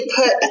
put